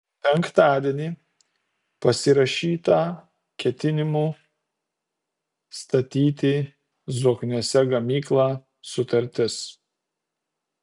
penktadienį pasirašyta ketinimų statyti zokniuose gamyklą sutartis